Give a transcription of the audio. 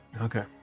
Okay